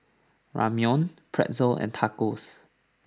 Ramyeon Pretzel and Tacos